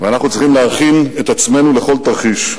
ואנחנו צריכים להכין את עצמנו לכל תרחיש.